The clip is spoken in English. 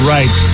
Right